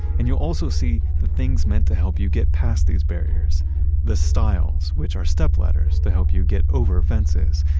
and you'll also see the the things meant to help you get past these barriers the styles which are step ladders to help you get over fences,